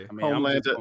homeland